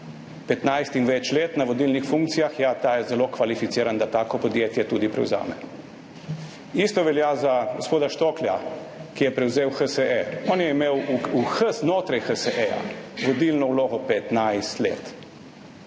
in več let izkušenj na vodilnih funkcijah, je zelo kvalificiran, da tako podjetje tudi prevzame. Isto velja za gospoda Štoklja, ki je prevzel HSE. On je imel znotraj HSE 15 let vodilno vlogo in ta